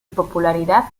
popularidad